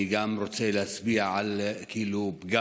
אני גם רוצה להצביע על פגם: